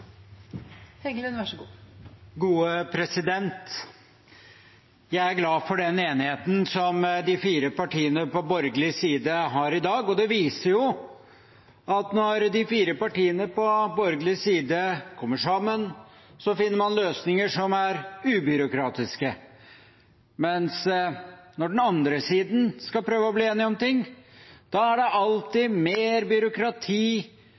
Jeg er glad for den enigheten som de fire partiene på borgerlig side har i dag. Det viser at når de fire partiene fra borgerlig side kommer sammen, finner man løsninger som er ubyråkratiske, mens når den andre siden skal prøve å bli enige om noe, er det alltid mer byråkrati